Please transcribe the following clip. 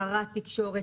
שרת תקשורת,